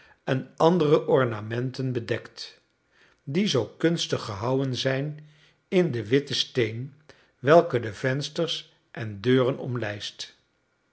en andere ornamenten bedekt die zoo kunstig gehouwen zijn in de witte steen welke de vensters en deuren omlijst